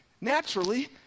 Naturally